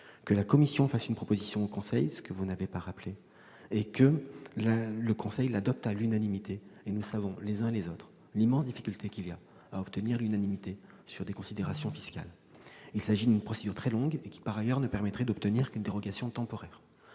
que la Commission fasse une proposition au Conseil- ce que vous n'avez pas rappelé ; enfin, que le Conseil l'adopte à l'unanimité, et nous savons, les uns et les autres, l'immense difficulté qu'il y a à obtenir l'unanimité sur des considérations fiscales. En outre, il s'agit d'une procédure très longue, qui ne permettrait d'obtenir qu'une dérogation temporaire.